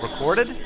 recorded